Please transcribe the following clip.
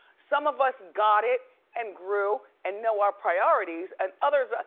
some of us got it and grew and know our priorities and others, ah